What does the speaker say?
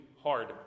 hard